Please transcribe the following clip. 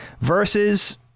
versus